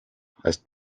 heißt